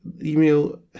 email